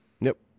nope